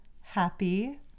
happy